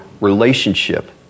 relationship